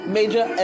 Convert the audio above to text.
Major